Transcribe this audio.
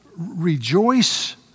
Rejoice